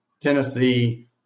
Tennessee